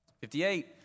Fifty-eight